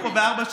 בגלל מה?